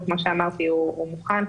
כמו שאמרתי הוא מוכן,